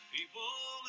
People